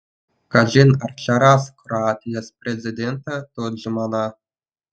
kažin ar čia ras kroatijos prezidentą tudžmaną